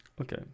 Okay